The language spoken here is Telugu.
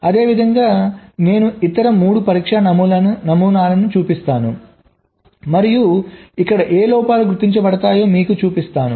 అదేవిధంగా నేను ఇతర 3 పరీక్షా నమూనాలను చూపిస్తాను మరియు ఇక్కడ ఏ లోపాలు గుర్తించబడతాయో మీకు చూపిస్తాను